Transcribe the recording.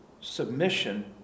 submission